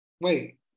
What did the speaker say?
Wait